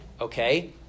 okay